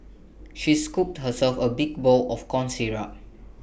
she scooped herself A big bowl of corn syrup